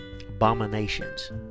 abominations